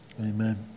amen